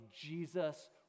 Jesus